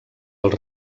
els